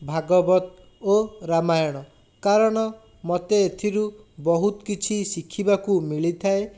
ଭାଗବତ ଓ ରାମାୟଣ କାରଣ ମୋତେ ଏଥିରୁ ବହୁତ କିଛି ଶିଖିବାକୁ ମିଳିଥାଏ